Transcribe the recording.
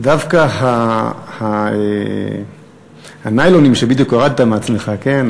דווקא הניילונים שבדיוק הורדת מעצמך, כן?